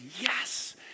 yes